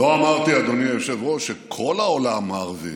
לא אמרתי, אדוני היושב-ראש, שכל העולם הערבי